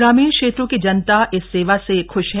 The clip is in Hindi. ग्रामीण क्षेत्रों की जनता इस सेवा से ख्श हैं